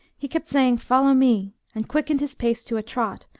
he kept saying, follow me and quickened his pace to a trot,